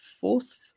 fourth